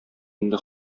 инде